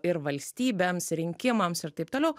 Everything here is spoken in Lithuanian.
ir valstybėms rinkimams ir taip toliau